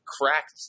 cracked